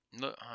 Look